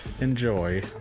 Enjoy